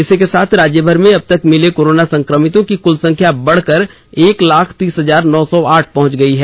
इसी के साथ राज्यभर में अबतक मिले कोरोना संक्रमितों की कुल संख्या बढ़कर एक लाख तीस हजार नौ सौ आठ पहंच गयी है